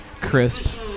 crisp